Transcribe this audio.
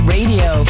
Radio